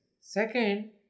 second